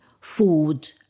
food